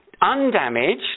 undamaged